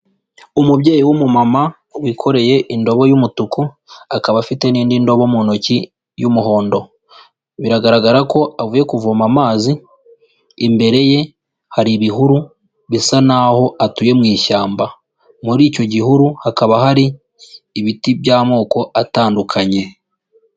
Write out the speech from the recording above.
Umubyeyi w'umumama wikoreye indobo y'umutuku akaba afite n'indi ndobo mu ntoki y'umuhondo, biragaragara ko avuye kuvoma amazi, imbere ye hari ibihuru bisa naho atuye mu ishyamba, muri icyo gihuru hakaba hari ibiti by'amoko atandukanye.